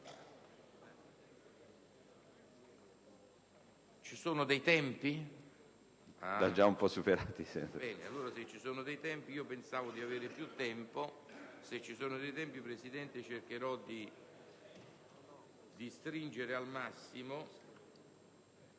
ci sono dei tempi